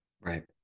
right